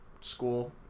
school